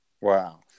Wow